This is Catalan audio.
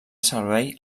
servei